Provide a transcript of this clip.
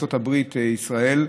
ארצות הברית-ישראל,